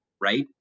right